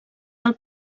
del